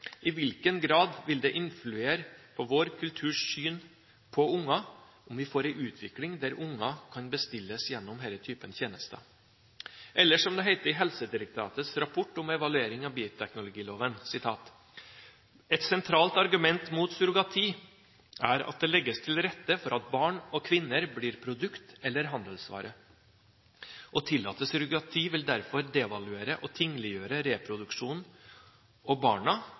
I hvilken grad vil det influere på vår kulturs syn på unger om vi får en utvikling der unger kan bestilles gjennom denne typen tjenester? Eller – som det heter i Helsedirektoratets evaluering av bioteknologiloven: «Et sentralt argument mot surrogati, er at det legges til rette for at barn og kvinner blir produkt eller handelsvare. Å tillate surrogati vil derfor devaluere og tingliggjøre reproduksjonen og barna